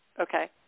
Okay